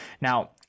now